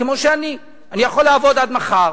כמו שאני, אני יכול לעבוד עד מחר